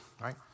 right